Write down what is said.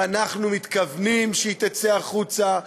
ואנחנו מתכוונים שתצא החוצה.